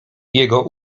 jego